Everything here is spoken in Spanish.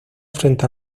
frente